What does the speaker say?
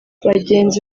bagenzi